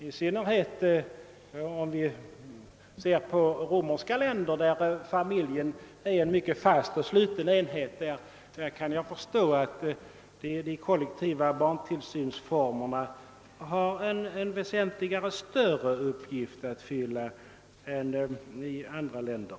Jag kan förstå att i latinska länder, där familjen är en fast och sluten enhet, de kollektiva barntillsynsformerna kan ha en väsentligt större uppgift att fylla än i andra länder.